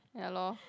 ya lor